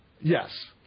Yes